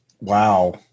Wow